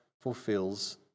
fulfills